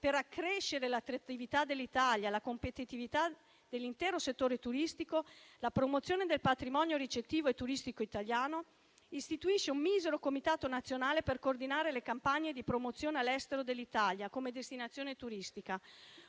per accrescere l'attrattività dell'Italia, la competitività dell'intero settore turistico e la promozione del patrimonio ricettivo e turistico italiano istituisce un misero comitato nazionale per coordinare le campagne di promozione all'estero dell'Italia come destinazione turistica.